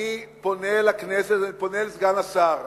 אני פונה לכנסת ופונה לסגן השר.